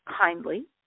kindly